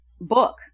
book